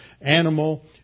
animal